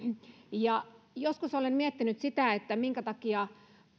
joskus olen miettinyt sitä minkä takia